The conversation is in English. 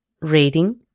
reading